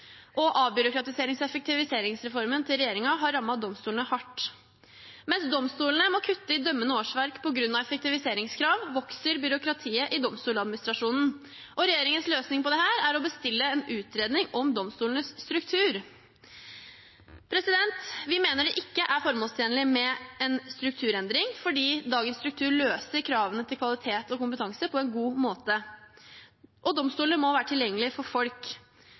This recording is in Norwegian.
og avbyråkratiserings- og effektiviseringsreformen til regjeringen har rammet domstolene hardt. Mens domstolene må kutte i dømmende årsverk på grunn av effektiviseringskrav, vokser byråkratiet i Domstoladministrasjonen. Regjeringens løsning på dette er å bestille en utredning om domstolenes struktur. Vi mener det ikke er formålstjenlig med en strukturendring fordi dagens struktur løser kravene til kvalitet og kompetanse på en god måte, og domstolene må være tilgjengelige for folk.